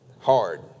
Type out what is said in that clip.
Hard